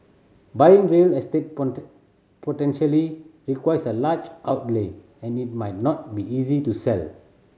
buying real estate potentially requires a large outlay and it might not be easy to sell